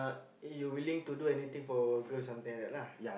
you willing to do anything for girl sometime like that lah